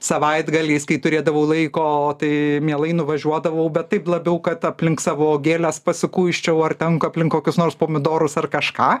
savaitgaliais kai turėdavau laiko tai mielai nuvažiuodavau bet taip labiau kad aplink savo gėles pasikuisčiau ar tenka aplink kokius nors pomidorus ar kažką